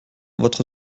votre